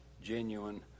genuine